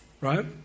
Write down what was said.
Right